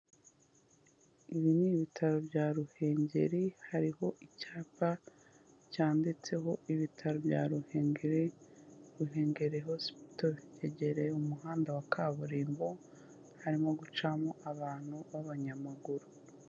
Ibi ni ibitaro bya Ruhengeri hariho icyapa cyanditseho ibitaro bya Ruhengeri, Ruhengeri hospital hegereye umuhanda wa kaburimbo, harimo gucamo abantu b'abanyamaguru.